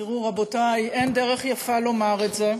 תראו, רבותי, אין דרך יפה לומר את זה,